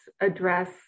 address